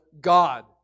God